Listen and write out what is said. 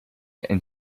and